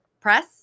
press